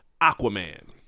Aquaman